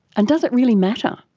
and does it really matter?